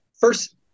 first